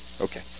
okay